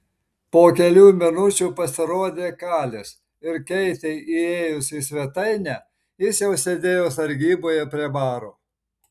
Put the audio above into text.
po kelių minučių pasirodė kalis ir keitei įėjus į svetainę jis jau sėdėjo sargyboje prie baro